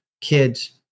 kids